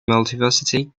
multiversity